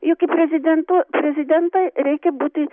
juk į prezidento prezidentą reikia būti